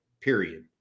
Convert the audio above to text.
period